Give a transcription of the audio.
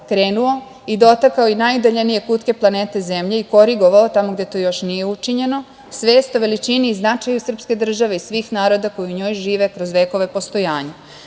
krenuo i dotakao i najudaljenije kutke planete Zemlje i korigovao, tamo gde to još nije učinjeno, svest o veličini i značaju srpske države i svih naroda koji u njoj žive kroz vekove postojanja. Prirodno